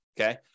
okay